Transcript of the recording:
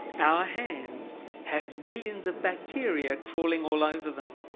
our hands have millions of bacteria crawling all over them.